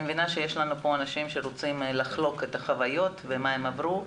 מבינה שיש כאן אנשים שרוצים לחלוק את החוויות ומה הם עברו.